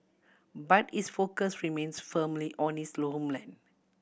but his focus remains firmly on his homeland